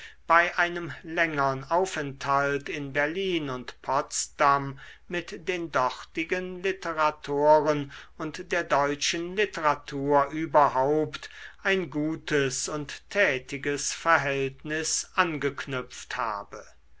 bei einem längern aufenthalt in berlin und potsdam mit den dortigen literatoren und der deutschen literatur überhaupt ein gutes und tätiges verhältnis angeknüpft habe